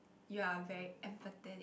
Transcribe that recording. you are very empathetic